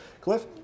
Cliff